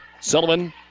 Sullivan